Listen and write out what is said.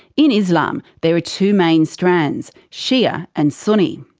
in islam, there are two main strands shia and sunni.